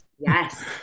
Yes